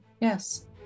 yes